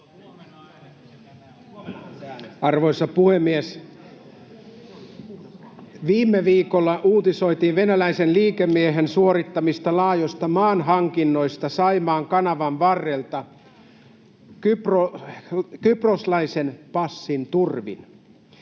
Arvoisa puhemies! Viime viikolla uutisoitiin venäläisen liikemiehen suorittamista laajoista maanhankinnoista Saimaan kanavan varrelta kyproslaisen passin turvin.